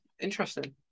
interesting